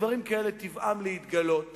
ודברים כאלה טיבם להתגלות